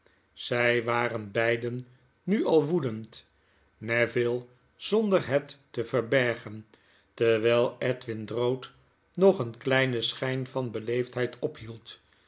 zy waren beiden nu al woedend neville zonder het te verbergen terwyi edwin drood nog een kleinen schijn van beleefdheid ophield